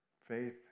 faith